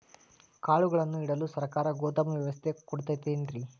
ಕಾಳುಗಳನ್ನುಇಡಲು ಸರಕಾರ ಗೋದಾಮು ವ್ಯವಸ್ಥೆ ಕೊಡತೈತೇನ್ರಿ?